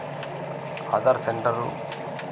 Aadhaar center